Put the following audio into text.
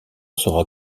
sera